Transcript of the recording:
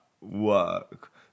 work